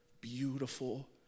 beautiful